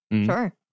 Sure